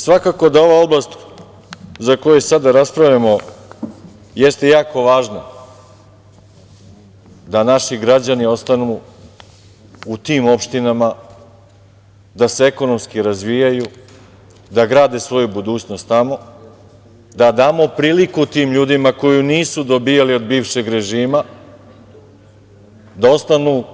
Svakako da ova oblast za koju sada raspravljamo jeste jako važna da naši građani ostanu u tim opštinama, da se ekonomski razvijaju, da grade svoju budućnost tamo, da damo priliku tim ljudima koju nisu dobijali od bivšeg režima da ostanu